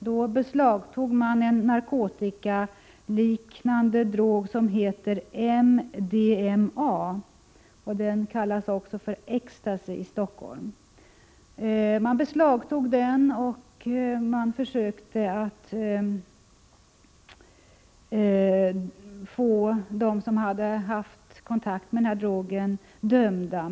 Då beslagtog man en narkotikaliknande drog som heter MDMA. Den kallas i Stockholm också för Ecstasy. Man beslagtog drogen och försökte att få dem som hade haft kontakt med den dömda.